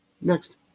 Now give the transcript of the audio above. Next